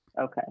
okay